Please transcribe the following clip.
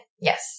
Yes